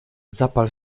zapal